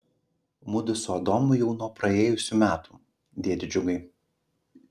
mudu su adomu jau nuo praėjusių metų dėde džiugai